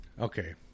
Okay